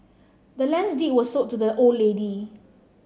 the land's deed was sold to the old lady